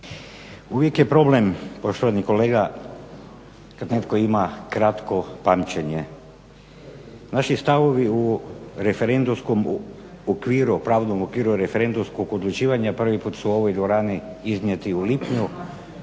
Uvijek je problem poštovani kolega kad netko ima kratko pamćenje. Naši stavovi o referendumskom okviru o pravnom okviru referendumskog odlučivanja prvi put su u ovoj dvorani iznijeti u lipnju